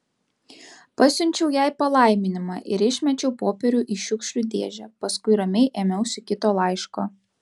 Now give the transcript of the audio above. pasiunčiau jai palaiminimą ir išmečiau popierių į šiukšlių dėžę paskui ramiai ėmiausi kito laiško